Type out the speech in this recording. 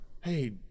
Hey